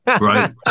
right